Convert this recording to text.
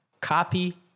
copy